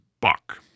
buck